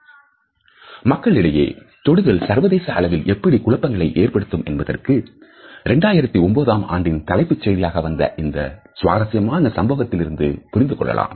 மனிதர்களிடையே தொடுதல் சர்வதேச அளவில் எப்படி குழப்பங்களை ஏற்படுத்தும் என்பதற்கு 2009 ஆம் ஆண்டில் தலைப்புச் செய்தியாக வந்த இந்த சுவாரசியமான சம்பவத்திலிருந்து புரிந்து கொள்ளலாம்